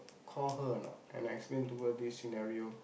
call her or not and explain to her this scenario